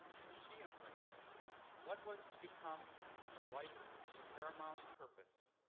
and she embraced what was to become her life's paramount purpose,